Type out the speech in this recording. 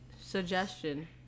suggestion